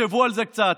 תחשבו על זה קצת,